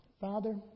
Father